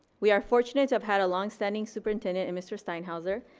we are fortunate to have had a long standing superintendent in mr. steinhauser.